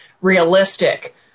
realistic